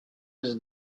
his